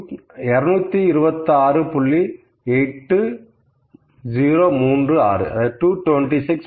8036